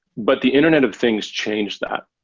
but the internet of things changed that.